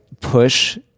push